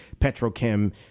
petrochem